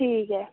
ठीक ऐ